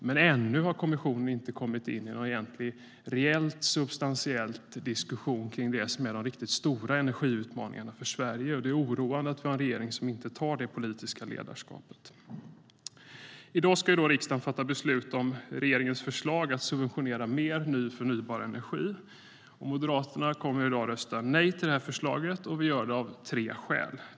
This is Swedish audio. Men ännu har kommissionen inte kommit in i någon reell substantiell diskussion om det som är de riktigt stora energiutmaningarna för Sverige. Det är oroande att vi har en regering som inte tar det politiska ledarskapet. I dag ska riksdagen fatta beslut om regeringens förslag att subventionera mer ny förnybar energi. Moderaterna kommer i dag att rösta nej till det förslaget, och vi gör det av tre skäl.